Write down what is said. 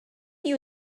you